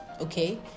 Okay